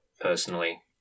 personally